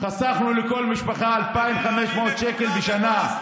חסכנו לכל משפחה 2,500 שקל בשנה.